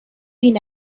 این